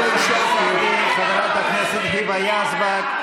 חברת הכנסת היבה יזבק,